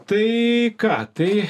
tai ką tai